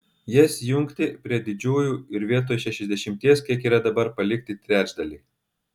jas jungti prie didžiųjų ir vietoj šešiasdešimties kiek yra dabar palikti trečdalį